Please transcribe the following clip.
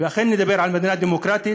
ואכן נדבר על מדינה דמוקרטית